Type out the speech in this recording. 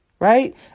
Right